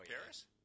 Paris